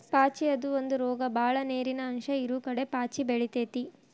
ಪಾಚಿ ಅದು ಒಂದ ರೋಗ ಬಾಳ ನೇರಿನ ಅಂಶ ಇರುಕಡೆ ಪಾಚಿ ಬೆಳಿತೆತಿ